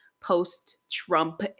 post-Trump